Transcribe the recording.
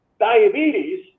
diabetes